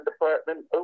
department